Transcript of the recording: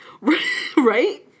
Right